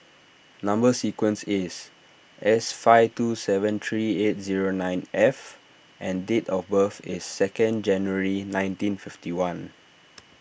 Number Sequence is S five two seven three eight zero nine F and date of birth is second January nineteen fifty one